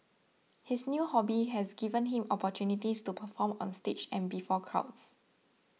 his new hobby has given him opportunities to perform on stage and before crowds